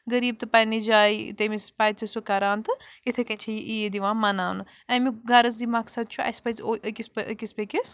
غریٖب تہِ پننہِ جایہ تٔمس پزِ سُہ کَران تہٕ اِتھ کٔنۍ چھِ یہِ عیٖد یِوان مناونہٕ اَمیُک غرض یہِ مقصد چھُ اَسہِ پزِ أکِس أکِس بیٚکس